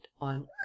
On